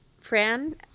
Fran